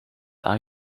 are